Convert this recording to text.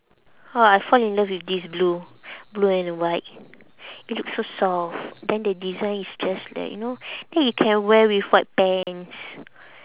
!wah! I fall in love with this blue blue and white it look so soft then the design is just like you know then you can wear with white pants